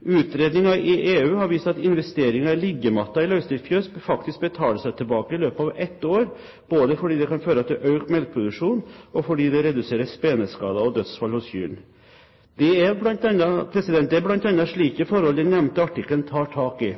Utredninger i EU har vist at investeringen i liggematter i løsdriftsfjøs faktisk betaler seg tilbake i løpet av ett år, både fordi det kan føre til økt melkeproduksjon, og fordi det reduserer speneskader og dødsfall hos kyrne. Det er bl.a. slike forhold den nevnte artikkelen tar tak i.